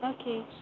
Okay